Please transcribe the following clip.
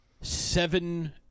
seven